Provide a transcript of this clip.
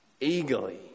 eagerly